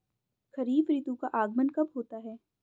खरीफ ऋतु का आगमन कब होता है?